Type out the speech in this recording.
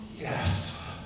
Yes